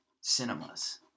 cinemas